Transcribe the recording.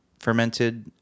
Fermented